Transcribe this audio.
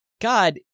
God